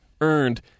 earned